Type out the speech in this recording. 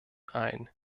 ein